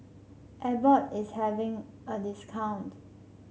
Abbott is having a discount